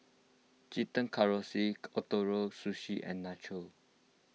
Chicken Casserole Ootoro Sushi and Nachos